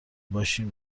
باشیش